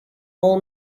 all